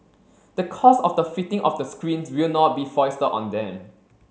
the cost of the fitting of the screens will not be foisted on them